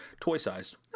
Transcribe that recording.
toy-sized